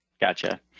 Gotcha